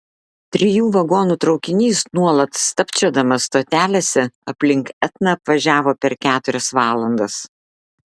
trijų vagonų traukinys nuolat stabčiodamas stotelėse aplink etną apvažiavo per keturias valandas